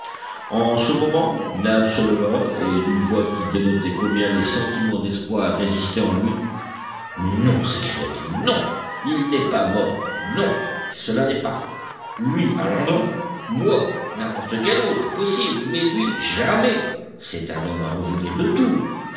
en ce moment nab se leva et d'une voix qui dénotait combien les sentiments d'espoir résistaient en lui non s'écria-t-il non il n'est pas mort non cela n'est pas lui allons donc moi n'importe quel autre possible mais lui jamais c'est un homme à revenir de tout